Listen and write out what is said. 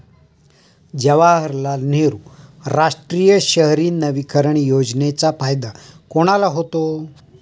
जवाहरलाल नेहरू राष्ट्रीय शहरी नवीकरण योजनेचा फायदा कोणाला होतो?